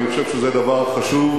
אני חושב שזה דבר חשוב,